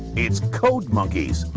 it's code monkeys,